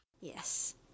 yes